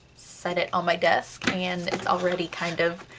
set it on my desk, and it's already kind of